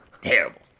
terrible